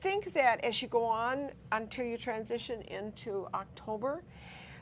think that as you go on until you transition into october